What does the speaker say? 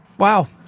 Wow